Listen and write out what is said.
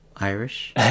irish